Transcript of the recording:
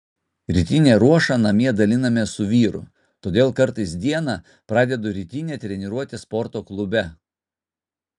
rytinę ruošą namie dalinamės su vyru todėl kartais dieną pradedu rytine treniruote sporto klube